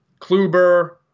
Kluber